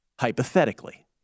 Hypothetically